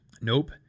Nope